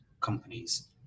companies